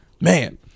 man